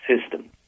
system